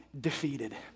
defeated